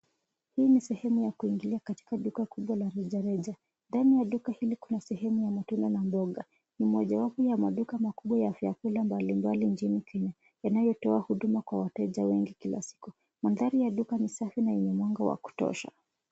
Hii ni sehemu ya kuingia katika duka kubwa la reja reja ndani ya duka hili kuna sehemu ya matunda na mboga. Ni mojawapo ya maduka makubwa ya vyakula mbali mbali nchini Kenya yanayotoa huduma kwa wateja wengi siku. Mandhari ya duka ni safi na yenye mwaga wa kutosha.